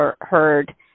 heard